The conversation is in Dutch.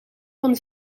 van